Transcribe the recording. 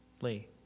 Lee